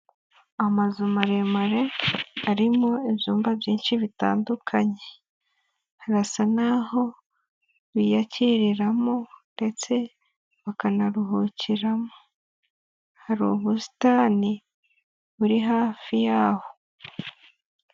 Amazu maremare arimo ibyumba byinshi bitandukanye harasa n'aho biyakiriramo ndetse bakanaruhukiramo, hari ubusitani buri hafi y'aho.